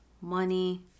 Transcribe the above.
money